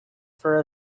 for